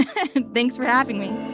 and thanks for having me.